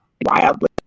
wildly